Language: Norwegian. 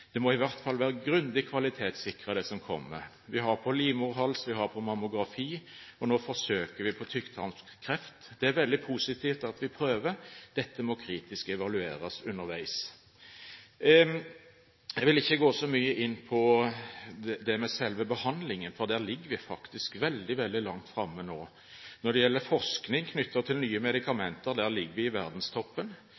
kommer, må i hvert fall være grundig kvalitetssikret. Vi har det på livmorhalskreft, vi har det på mammografi, og nå forsøker vi det på tykktarmskreft. Det er veldig positivt at vi prøver, dette må evalueres kritisk underveis. Jeg vil ikke gå så mye inn på selve behandlingen, for der ligger vi faktisk veldig langt framme nå. Når det gjelder forskning knyttet til nye